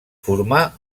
formà